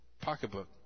pocketbook